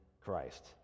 Christ